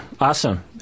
awesome